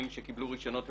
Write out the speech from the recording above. את שיקול הדעת.